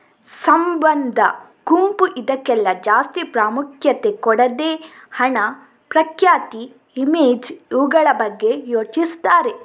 ಸಂಬಂಧ, ಗುಂಪು ಇದ್ಕೆಲ್ಲ ಜಾಸ್ತಿ ಪ್ರಾಮುಖ್ಯತೆ ಕೊಡದೆ ಹಣ, ಪ್ರಖ್ಯಾತಿ, ಇಮೇಜ್ ಇವುಗಳ ಬಗ್ಗೆ ಯೋಚಿಸ್ತಾರೆ